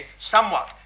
somewhat